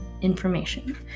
information